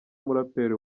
muraperi